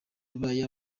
yabaye